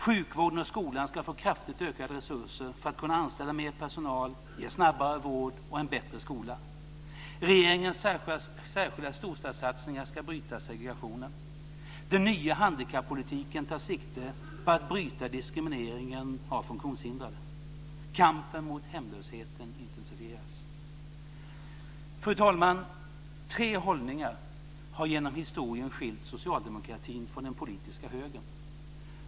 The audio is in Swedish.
Sjukvården och skolan ska få kraftigt ökade resurser för att kunna anställa mer personal, ge snabbare vård och en bättre skola. Regeringens särskilda storstadssatsningar ska bryta segregationen. Den nya handikappolitiken tar sikte på att bryta diskrimineringen av funktionshindrade. Kampen mot hemlösheten intensifieras. Fru talman! Tre hållningar har genom historien skilt socialdemokratin från den politiska högern.